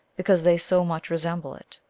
because they so much resemble it.